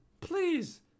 Please